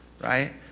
right